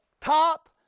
top